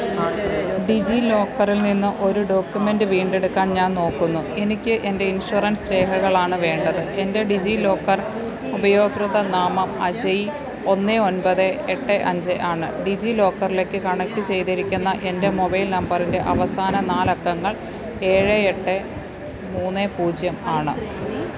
D G ലോക്കറിൽ നിന്ന് ഒരു ഡോക്യുമെൻറ്റ് വീണ്ടെടുക്കാൻ ഞാൻ നോക്കുന്നു എനിക്ക് എന്റെ ഇൻഷുറൻസ് രേഖകളാണ് വേണ്ടത് എന്റെ ഡി ജീ ലോക്കർ ഉപയോകൃത നാമം അജയ് ഒന്ന് ഒൻപത് എട്ട് അഞ്ച് ആണ് ഡി ജീ ലോക്കറിലേക്ക് കണക്റ്റ് ചെയ്തിരിക്കുന്ന എന്റെ മൊബൈൽ നമ്പറിന്റെ അവസാന നാലക്കങ്ങൾ ഏഴ് എട്ട് മൂന്ന് പൂജ്യം ആണ്